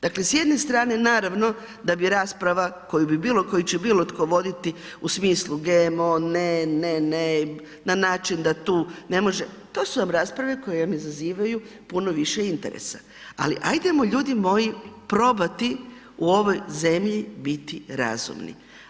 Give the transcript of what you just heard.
Dakle s jedne strane naravno da bi rasprava koju će bilo tko voditi u smislu, GMO ne, ne, ne, na način da tu ne može, to su vam rasprave koje vam izazivaju puno više interesa ali ajdemo ljudi moji, probati u ovoj zemlji biti razumni.